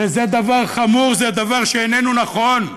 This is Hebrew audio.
וזה דבר חמור, זה דבר שאיננו נכון.